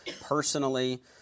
personally